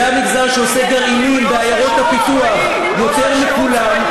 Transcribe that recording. זה המגזר שעושה גרעינים בעיירות הפיתוח יותר מכולם,